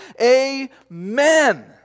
amen